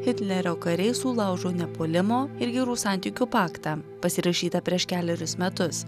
hitlerio kariai sulaužo nepuolimo ir gerų santykių paktą pasirašytą prieš kelerius metus